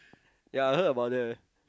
ya I heard about that